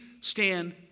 stand